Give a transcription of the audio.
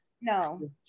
No